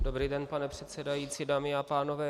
Dobrý den, pane předsedající, dámy a pánové.